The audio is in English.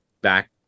back